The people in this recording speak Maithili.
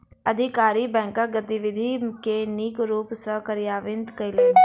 अधिकारी बैंकक गतिविधि के नीक रूप सॅ कार्यान्वित कयलैन